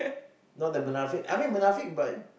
not that Munafik I mean Munafik but